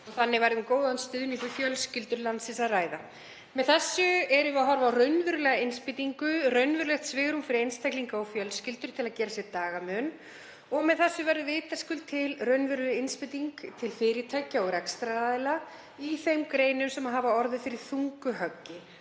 Þannig væri um góðan stuðning við fjölskyldur landsins að ræða. Með þessu erum við að horfa á raunverulega innspýtingu, raunverulegt svigrúm fyrir einstaklinga og fjölskyldur til að gera sér dagamun og með þessu verður vitaskuld til raunveruleg innspýting til fyrirtækja og rekstraraðila í þeim greinum sem hafa orðið fyrir þungu höggi,